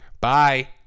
Bye